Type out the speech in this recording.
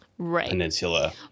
Peninsula